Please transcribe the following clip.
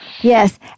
Yes